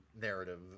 narrative